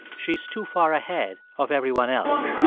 she's too far ahead of everyone else.